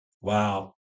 Wow